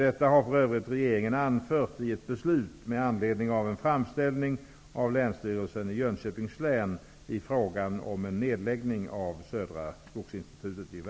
Detta har för övrigt regeringen anfört i ett beslut med anledning av en framställning av